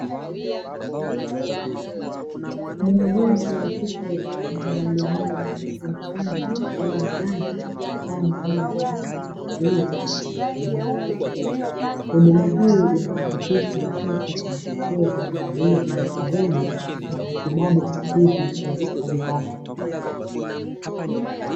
Muuguzi wa kike anamuhudumia mtoto mchanga akiwa ndani ya kifaa maalumu cha uangalizi hospitalini, huduma hii inahakikisha uangaliizi wa karibu wa matibabu sahihi kwa ustadi wake.